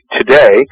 today